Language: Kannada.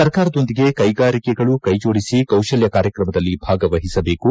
ಸರ್ಕಾರದೊಂದಿಗೆ ಕೈಗಾರಿಕೆಗಳೂ ಕೈಜೋಡಿಸಿ ಕೌಶಲ್ಯ ಕಾರ್ಯಕ್ರಮದಲ್ಲಿ ಭಾಗವಹಿಸಬೇಕು